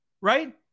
right